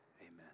Amen